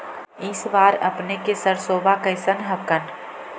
इस बार अपने के सरसोबा कैसन हकन?